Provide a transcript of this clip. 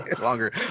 Longer